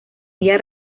ella